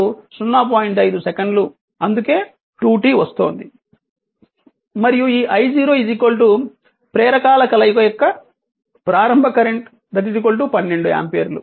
5 సెకన్లు అందుకే 2t వస్తోంది మరియు ఈ I0 ప్రేరకాల కలయిక యొక్క ప్రారంభ కరెంట్ 12 ఆంపియర్